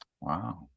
wow